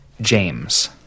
James